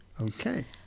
Okay